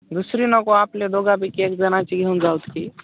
दुसरी नको आपले दोघापैकी एक जणाची घेऊन जाऊच की